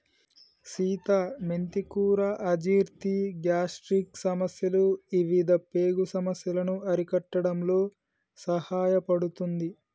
సీత మెంతి కూర అజీర్తి, గ్యాస్ట్రిక్ సమస్యలు ఇవిధ పేగు సమస్యలను అరికట్టడంలో సహాయపడుతుంది